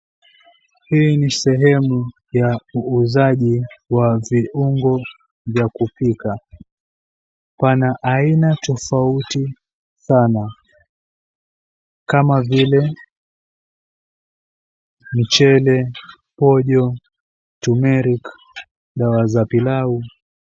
Hii ni sehemu ya uuzaji wa viungo vya kupika. Pana aina tofauti sana kama vile michele, pojo, tumeric , dawa za pilau.